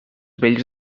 vells